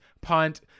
punt